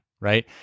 right